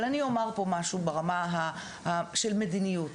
אבל ברמה של מדיניות,